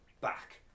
back